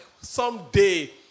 someday